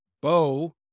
Bo